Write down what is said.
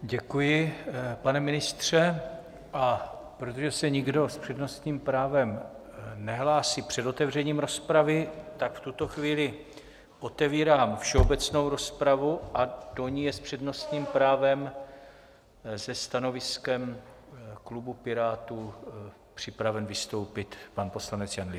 Děkuji, pane ministře, a protože se nikdo s přednostním právem nehlásí před otevřením rozpravy, tak v tuto chvíli otevírám všeobecnou rozpravu a do ní je s přednostním právem se stanoviskem klubu Pirátů připraven vystoupit pan poslanec Jan Lipavský.